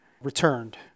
returned